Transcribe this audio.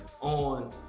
on